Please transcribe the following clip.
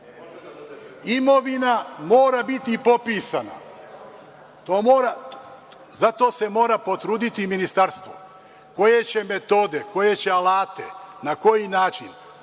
Imovina mora biti popisana. Za to se mora potruditi ministarstvo, koje će metode, koje će alate, na koji način,